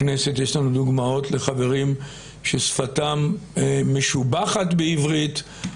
בכנסת יש לנו דוגמאות לחברים ששפתם משובחת בעברית,